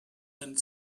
and